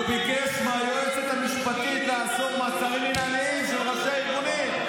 הוא ביקש מהיועצת המשפטית לעשות מעצרים מינהליים של ראשי הארגונים,